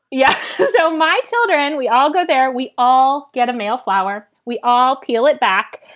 yes. so my children, we all go there. we all get a male flower. we all peel it back.